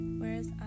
whereas